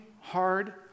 hard